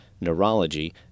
neurology